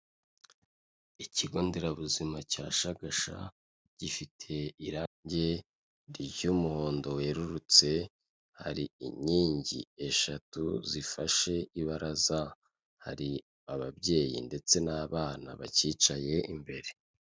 Ikigo nderabuzima cya Shagasha, gifite irange ry'umuhondo werurutse, hari inkingi eshatu zifashe ibaraza, hari ababyeyi ndetse n'abana bacyicaye imbere.